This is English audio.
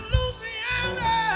Louisiana